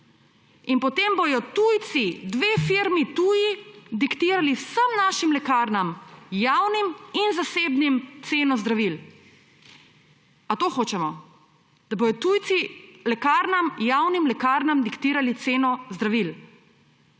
potem bodo tujci, dve firmi tuji, diktirali vsem našim lekarnam, javnim in zasebnim, ceno zdravil. A to hočemo? Da bodo tujci lekarnam, javnim lekarnam diktirali ceno zdravil?